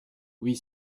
oui